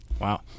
Wow